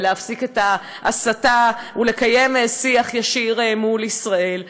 להפסיק את ההסתה ולקיים שיח ישיר מול ישראל.